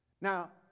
Now